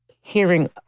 hearing